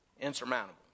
Insurmountable